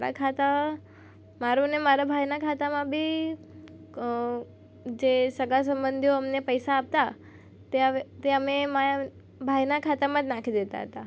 મારા ખાતા મારું અને મારા ભાઈના ખાતામાં બી જે સગા સંબંધીઓ અમને પૈસા આપતા તે અમે તે અમે ભાઈના ખાતામાં જ નાખી દેતા હતા